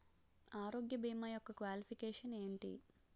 ఆరోగ్య భీమా యెక్క క్వాలిఫికేషన్ ఎంటి?